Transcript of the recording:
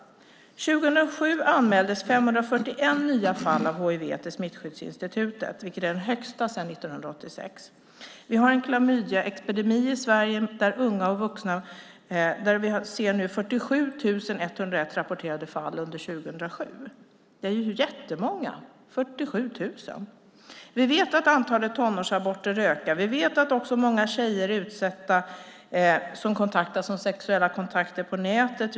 År 2007 anmäldes 541 nya fall av hiv till Smittskyddsinstitutet, vilket är den högsta siffran sedan 1986. Vi har en klamydiaepidemi i Sverige bland unga och vuxna där vi såg 47 101 rapporterade fall under 2007. Det är ju jättemånga - 47 000! Vi vet att antalet tonårsaborter ökar. Vi vet att många tjejer kontaktas om sexuella kontakter på nätet.